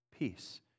Peace